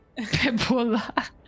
Pebola